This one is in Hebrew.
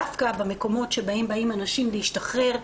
דווקא במקומות שבהם באים אנשים להשתחרר,